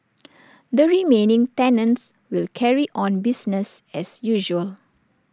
the remaining tenants will carry on business as usual